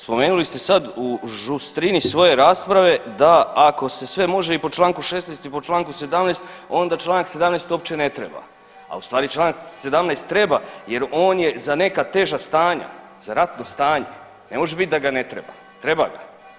Spomenuli ste sad u žustrini svoje rasprave da ako se sve može i po čl. 16. i po čl. 17. onda čl. 17. uopće ne treba, a ustvari čl. 17. treba jer on je za neka teža stanja, za ratno stanje, ne može biti da ga ne treba, treba ga.